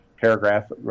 paragraph